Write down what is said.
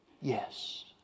Yes